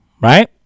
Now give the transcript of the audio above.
Right